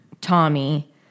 Tommy